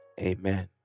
amen